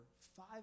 five